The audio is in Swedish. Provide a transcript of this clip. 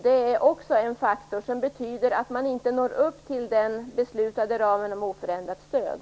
Det är en faktor som betyder att man inte når upp till den beslutade ramen om oförändrat stöd.